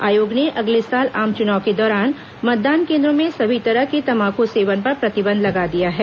आयोग ने अगले साल आम चुनाव के दौरान मतदान केन्द्रों में सभी तरह के तम्बाकू सेवन पर प्रतिबंध लगा दिया है